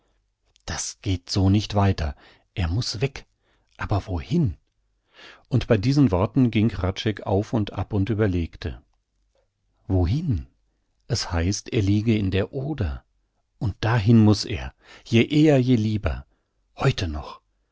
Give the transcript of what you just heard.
das geht so nicht weiter er muß weg aber wohin und bei diesen worten ging hradscheck auf und ab und überlegte wohin es heißt er liege in der oder und dahin muß er je eher je lieber heute noch